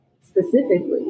specifically